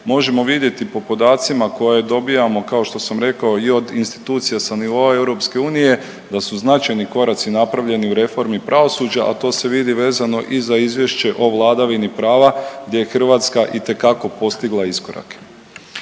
možemo vidjeti po podacima koje dobijamo kao što sam rekao i od institucija sa nivoa EU da su značajni koraci napravljeni u reformi pravosuđa, a to se vidi vezano i za izvješće o vladavini prava gdje je Hrvatska itekako postigla iskorake.